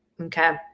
Okay